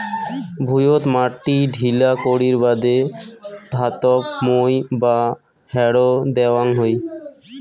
ভুঁইয়ত মাটি ঢিলা করির বাদে ধাতব মই বা হ্যারো দ্যাওয়াং হই